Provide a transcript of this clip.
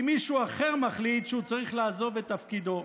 אם מישהו אחר מחליט שהוא צריך לעזוב את תפקידו.